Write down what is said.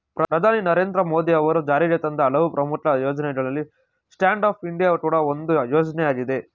ಪ್ರಧಾನಿ ನರೇಂದ್ರ ಮೋದಿ ಅವರು ಜಾರಿಗೆತಂದ ಹಲವು ಪ್ರಮುಖ ಯೋಜ್ನಗಳಲ್ಲಿ ಸ್ಟ್ಯಾಂಡ್ ಅಪ್ ಇಂಡಿಯಾ ಕೂಡ ಒಂದು ಯೋಜ್ನಯಾಗಿದೆ